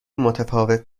متفاوت